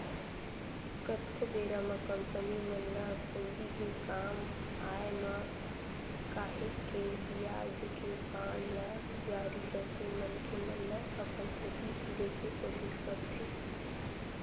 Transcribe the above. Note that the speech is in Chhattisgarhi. कतको बेरा म कंपनी मन ल पूंजी के काम आय म काहेक के बियाज देके बांड ल जारी करके मनखे मन ल अपन कोती तीरे के कोसिस करथे